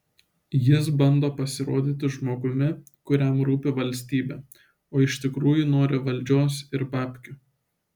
jis bando pasirodyti žmogumi kuriam rūpi valstybė o iš tikrųjų nori valdžios ir babkių